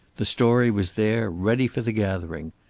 the story was there, ready for the gathering.